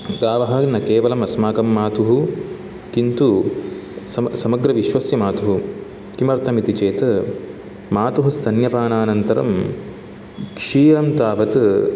गावः न केवलम् अस्माकं मातुः किन्तु समग्र विश्वस्य मातुः किमर्थम् इति चेत् मातुः स्तन्यपानानन्तरं क्षीरं तावत्